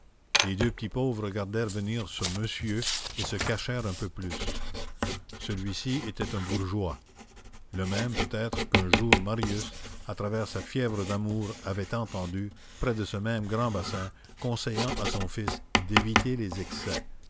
les deux petits pauvres regardèrent venir ce monsieur et se cachèrent un peu plus celui-ci était un bourgeois le même peut-être qu'un jour marius à travers sa fièvre d'amour avait entendu près de ce même grand bassin conseillant à son fils d'éviter les excès